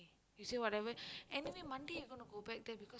you say whatever anyway Monday you gonna go back there because